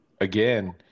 again